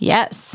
Yes